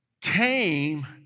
came